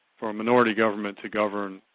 for a minority government to govern,